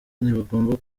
ntibagomba